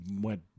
went